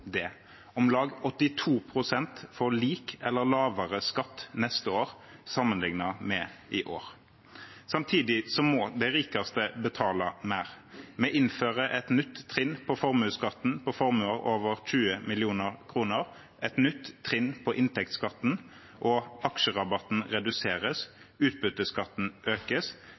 Om lag 82 pst. får lik eller lavere skatt neste år sammenliknet med i år. Samtidig må de rikeste betale mer. Vi innfører et nytt trinn på formuesskatten, på formuer over 20 mill. kr, et nytt trinn på inntektsskatten, og aksjerabatten reduseres. Utbytteskatten økes.